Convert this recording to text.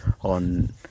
on